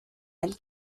and